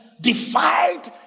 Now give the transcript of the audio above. defied